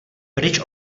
pryč